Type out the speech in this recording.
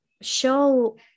show